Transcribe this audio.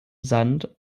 sand